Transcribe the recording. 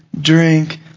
drink